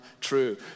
true